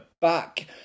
back